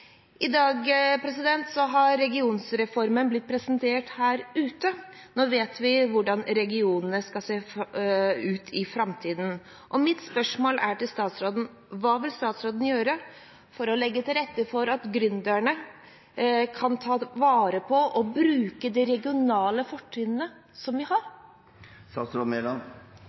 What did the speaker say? har regionreformen blitt presentert her ute. Nå vet vi hvordan regionene skal se ut i framtiden. Mitt spørsmål til statsråden er: Hva vil statsråden gjøre for å legge til rette for at gründerne kan ta vare på og bruke de regionale fortrinnene som vi